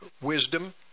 wisdom